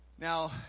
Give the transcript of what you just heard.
Now